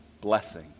blessing